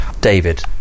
David